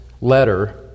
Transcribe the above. letter